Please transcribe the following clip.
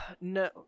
No